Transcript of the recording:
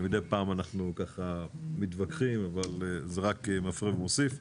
מדי פעם אנחנו מתווכחים, אבל זה רק מפרה ומוסיף.